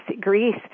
Greece